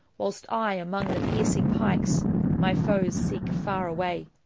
whilst i amonge the piercing pikes my foes seeke far awaye.